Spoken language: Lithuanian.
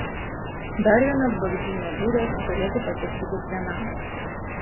dar vienas bagdžiūno būdas turėtų patikti kiekvienam